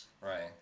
Right